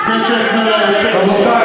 אתם יצרתם את זה מסיבות פוליטיות.